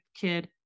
kid